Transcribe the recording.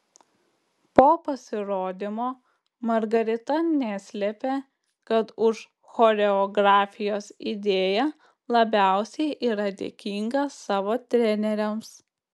po pasirodymo margarita neslėpė kad už choreografijos idėją labiausiai yra dėkinga savo treneriams